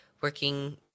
working